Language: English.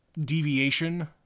deviation